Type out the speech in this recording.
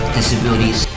disabilities